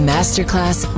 Masterclass